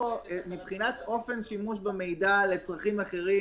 מבחינת אופן שימוש במידע לצרכים אחרים,